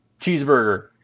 Cheeseburger